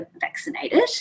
vaccinated